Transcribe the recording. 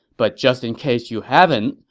but just in case you haven't,